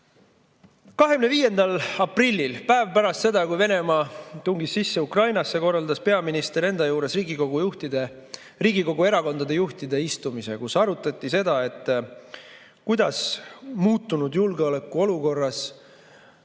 25. [veebruaril], päev pärast seda, kui Venemaa tungis sisse Ukrainasse, korraldas peaminister enda juures Riigikogu erakondade juhtide istumise, kus arutati seda, kuidas muutunud julgeolekuolukorras